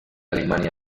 alemania